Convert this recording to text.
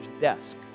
desk